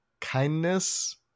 kindness